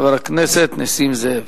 חבר הכנסת נסים זאב.